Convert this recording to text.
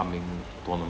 coming tournament